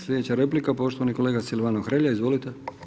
Sljedeća replika, poštovani kolega Silvano Hrelja, izvolite.